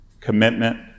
commitment